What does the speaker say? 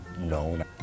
known